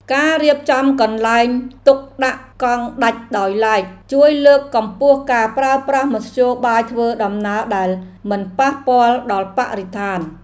ការរៀបចំកន្លែងទុកដាក់កង់ដាច់ដោយឡែកជួយលើកកម្ពស់ការប្រើប្រាស់មធ្យោបាយធ្វើដំណើរដែលមិនប៉ះពាល់ដល់បរិស្ថាន។